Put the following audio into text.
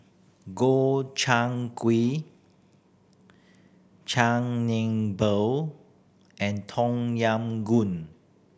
Gobchang Gui Chigenabe and Tom Yam Goong